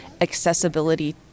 accessibility